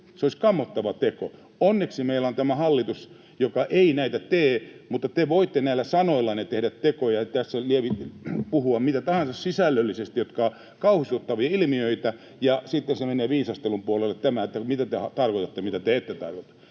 se olisi kammottava teko. Onneksi meillä on tämä hallitus, joka ei näitä tee, mutta te voitte näillä sanoillanne tehdä tekoja, puhua mitä tahansa sisällöllisesti, jotka ovat kauhistuttavia ilmiöitä, ja sitten se menee viisastelun puolelle, että mitä te tarkoitatte ja mitä te ette tarkoita.